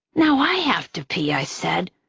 now i have to pee, i said,